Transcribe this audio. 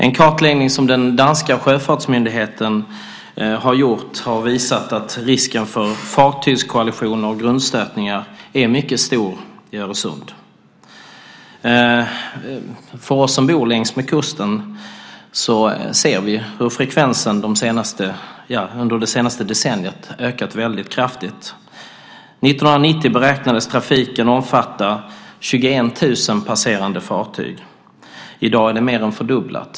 En kartläggning som den danska sjöfartsmyndigheten har gjort har visat att risken för fartygskollisioner och grundstötningar är mycket stor i Öresund. Vi som bor längsmed kusten ser hur frekvensen under det senaste decenniet har ökat väldigt kraftigt. År 1990 beräknades trafiken omfatta 21 000 passerande fartyg. I dag är det mer än fördubblat.